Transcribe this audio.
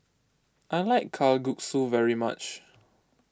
I like Kalguksu very much